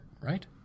right